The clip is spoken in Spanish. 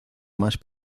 más